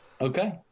Okay